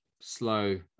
slow